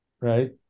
right